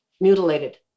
mutilated